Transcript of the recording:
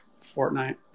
Fortnite